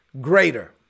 Greater